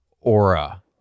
aura